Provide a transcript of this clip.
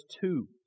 two